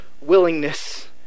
willingness